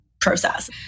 process